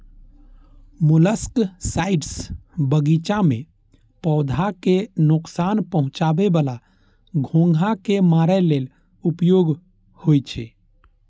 molluscicides बगीचा मे पौधा कें नोकसान पहुंचाबै बला घोंघा कें मारै लेल उपयोग होइ छै